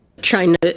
China